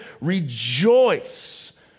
rejoice